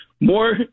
more